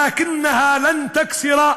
אבל הם לעולם לא ישברו